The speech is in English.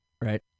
Right